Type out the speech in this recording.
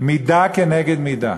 מידה כנגד מידה.